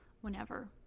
whenever